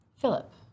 Philip